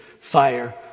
fire